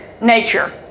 nature